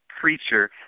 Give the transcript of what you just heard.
creature